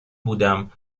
بودم